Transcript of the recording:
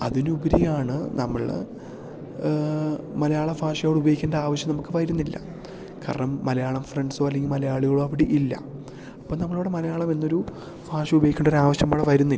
അതിനുപരിയാണ് നമ്മള് മലയാള ഭാഷകളുപയോഗിക്കേണ്ട ആവശ്യം നമുക്ക് വരുന്നില്ല കാരണം മലയാളം ഫ്രണ്ട്സോ അല്ലെങ്കിൽ മലയാളികളോ അവിടെ ഇല്ല അപ്പം നമ്മളവിടെ മലയാളം എന്നൊരു ഭാഷ ഉപയോഗിക്കെണ്ടൊരാവശ്യം നമ്മൾക്ക് വരുന്നില്ല